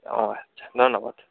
ও আচ্ছা ধন্যবাদ